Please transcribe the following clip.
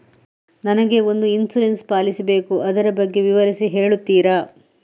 ನನಗೆ ಒಂದು insurance policy ಬೇಕು ಅದರ ಬಗ್ಗೆ ವಿವರಿಸಿ ಹೇಳುತ್ತೀರಾ?